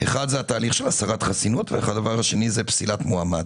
האחת היא תהליך הסרת חסינות והשנייה היא פסילת מועמד.